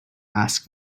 ask